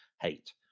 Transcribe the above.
hate